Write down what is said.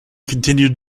continued